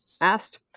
asked